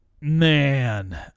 man